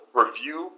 review